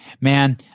man